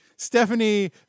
Stephanie